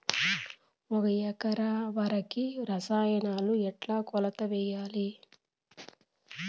ఒక ఎకరా వరికి రసాయనాలు ఎట్లా కొలత వేయాలి?